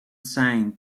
signed